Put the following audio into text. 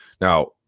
Now